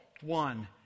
one